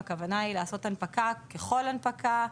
הכוונה היא לעשות הנפקה ככל הנפקה,